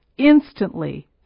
Instantly